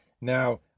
Now